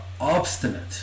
obstinate